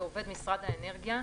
לעובד משרד האנרגיה,